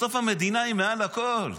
בסוף המדינה היא מעל הכול.